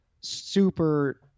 super